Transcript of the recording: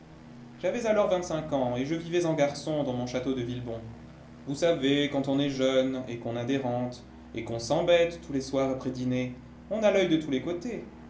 j'avais alors vingt-cinq ans et je vivais en garçon dans mon château de villebon vous savez quand on est jeune et qu'on a des rentes et qu'on s'embête tous les soirs après dîner on a l'œil de tous les côtés